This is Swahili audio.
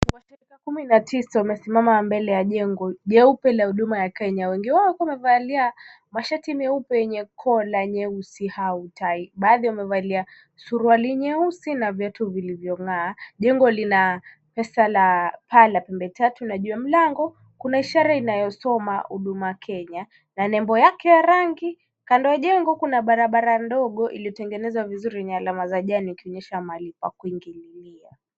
Wateja kumi na tisa wamesimama mbele ya jengo jeupe la Huduma ya Kenya, wengi wao wakiwa wamevalia mashati nyeupe ya kola nyeusi au tai. Baadhi wamevalia suruali nyeusi na viatu vilivyong'aa. Jengo lina pesa la paa la pembe tatu na juu ya mlango kuna ishara inayosoma Huduma Kenya na nembo yake ya rangi. Kando ya jengo kuna barabara ndogo iliyotengenezwa vizuri na alama ya jani ikionyesha mahali pa kuingililia.